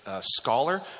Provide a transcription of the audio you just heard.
scholar